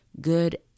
good